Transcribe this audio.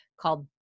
called